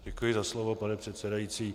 Děkuji za slovo, pane předsedající.